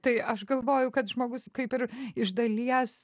tai aš galvoju kad žmogus kaip ir iš dalies